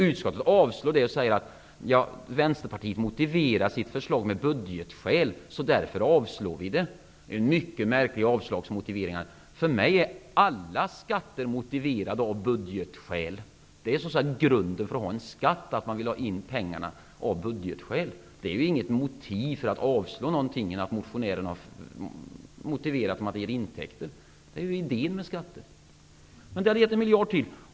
Utskottet avstyrker det och säger att Vänsterpartiet motiverar sitt förslag med budgetskäl och därför bör det avslås. Det är en mycket märklig avslagsmotivering. För mig är alla skatter motiverade av budgetskäl. Det är grunden för att ha en skatt att man vill ha in pengarna av budgetskäl. Det är inget motiv att avstyrka något därför att motionärerna har motiverat det med att det ger intäkter. Det är ju idén med skatter. Detta hade gett en miljard till.